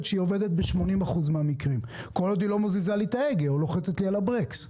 שעובדת ב80% מהמקרים כל עוד היא לא מזיזה לי את ההגה או לוחצת לי על הברקס?